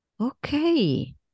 okay